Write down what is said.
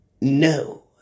no